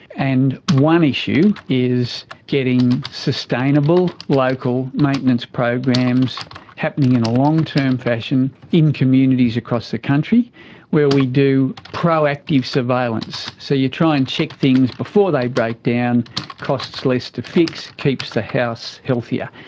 and one issue is getting sustainable local maintenance programs happening in a long-term fashion in communities across the country where we do proactive surveillance. so you try and check things before they break down, it costs less to fix, keeps the house healthier.